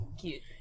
Cute